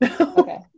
Okay